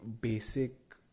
basic